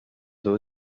d’eau